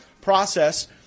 process